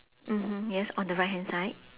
mmhmm yes on the right hand side